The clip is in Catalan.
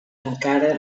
encara